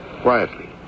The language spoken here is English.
Quietly